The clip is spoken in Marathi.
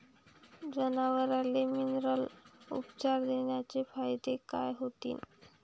जनावराले मिनरल उपचार देण्याचे फायदे काय होतीन?